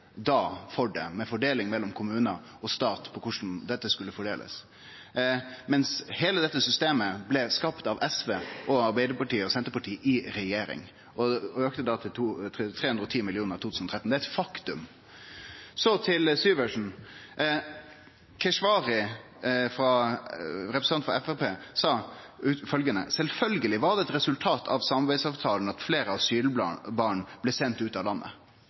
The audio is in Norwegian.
da for det med fordeling mellom kommunar og stat, korleis dette skulle bli fordelt. Men heile dette systemet blei skapt av SV, Arbeidarpartiet og Senterpartiet i regjering, som da auka til 310 mill. kr i 2013. Det er eit faktum. Så til Syversen. Representanten Keshvari frå Framstegspartiet har sagt at sjølvsagt var det eit resultat av samarbeidsavtalen at fleire asylbarn blei